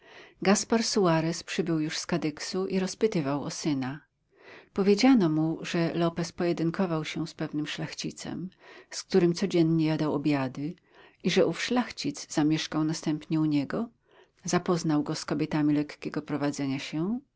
przybył już z kadyksu i rozpytywał o syna powiedziano mu że lopez pojedynkował się z pewnym szlachcicem z którym codziennie jadał obiady że ów szlachcic zamieszkał następnie u niego zapoznał go z kobietami lekkiego prowadzenia się